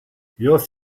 joost